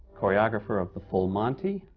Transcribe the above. choreographer of the full monty.